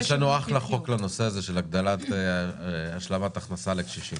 יש לנו אחלה חוק לנושא הזה של הגדלת השלמת הכנסה לקשישים.